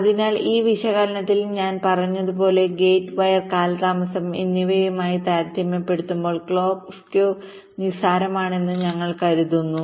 അതിനാൽ ഈ വിശകലനത്തിൽ ഞാൻ പറഞ്ഞതുപോലെ ഗേറ്റ് വയർ കാലതാമസം എന്നിവയുമായി താരതമ്യപ്പെടുത്തുമ്പോൾ ക്ലോക്ക് സ്കേവ് നിസ്സാരമാണെന്ന് ഞങ്ങൾ കരുതുന്നു